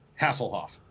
Hasselhoff